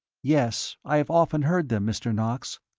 yes, i have often heard them, mr. knox.